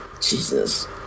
Jesus